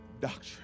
doctrine